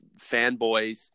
fanboys